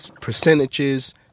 percentages